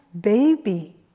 baby